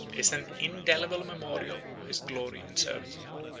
is an indelible memorial of his glory and servitude.